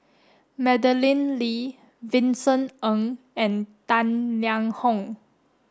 Madeleine Lee Vincent Ng and Dan Liang Hong